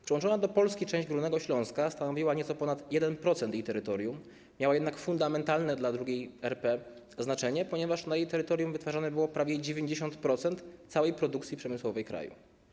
Przyłączona do Polski część Górnego Śląska stanowiła nieco ponad 1% jej terytorium, miała jednak fundamentalne dla II RP znaczenie, ponieważ na jej terytorium wytwarzane było prawie 90% całej produkcji przemysłowej kraju.